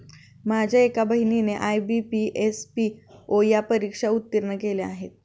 माझ्या एका बहिणीने आय.बी.पी, एस.पी.ओ या परीक्षा उत्तीर्ण केल्या आहेत